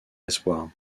espoir